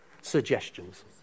suggestions